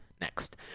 next